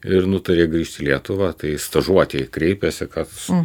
ir nutarė grįžt į lietuvą tai stažuotei kreipėsi kad su